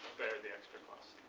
bear the extra cost.